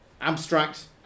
abstract